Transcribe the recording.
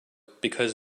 because